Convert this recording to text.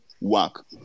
work